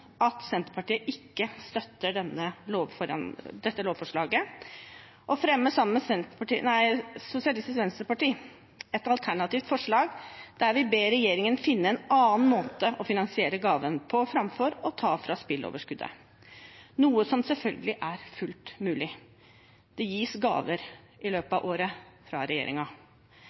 at Senterpartiet ikke støtter dette lovforslaget og sammen med Sosialistisk Venstreparti fremmer et alternativt forslag, der vi ber regjeringen finne en annen måte å finansiere gaven på framfor å ta fra spilleoverskuddet, noe som selvfølgelig er fullt mulig. Det gis gaver i løpet av året fra